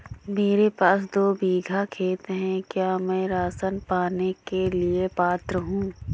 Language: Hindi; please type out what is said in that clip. मेरे पास दो बीघा खेत है क्या मैं राशन पाने के लिए पात्र हूँ?